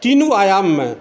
तीनू आयाममे